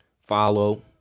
Follow